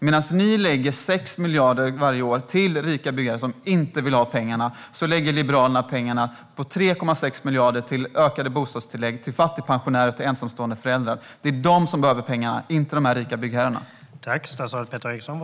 Medan ni lägger 6 miljarder varje år till rika byggherrar som inte vill ha pengarna, lägger Liberalerna 3,6 miljarder till ökade bostadstillägg för fattigpensionärer och ensamstående föräldrar. Det är de som behöver pengarna, inte de rika byggherrarna.